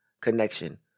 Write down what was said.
connection